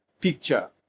picture